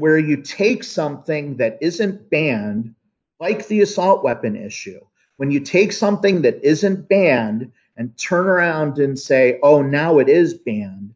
where you take something that isn't banned like the assault weapon issue when you take something that isn't banned and turf and say oh now it is banned